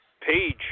page